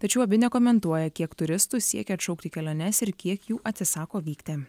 tačiau abi nekomentuoja kiek turistų siekia atšaukti keliones ir kiek jų atsisako vykti